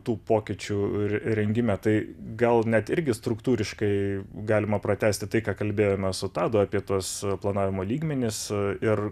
tų pokyčių re rengime tai gal net irgi struktūriškai galima pratęsti tai ką kalbėjome su tadu apie tuos planavimo lygmenis ir